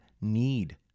need